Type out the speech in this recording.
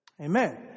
Amen